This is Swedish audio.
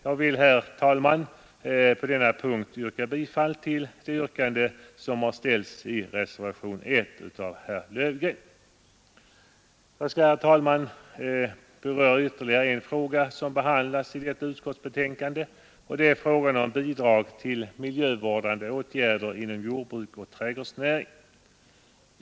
Jag vill, herr talman, på denna punkt yrka bifall till reservationen 1 av herr Löfgren m.fl. Jag skall beröra ytterligare en fråga som behandlats i detta utskottsbetänkande, och det är frågan om bidrag till miljövårdande åtgärder inom jordbruk och trädgårdsnäring.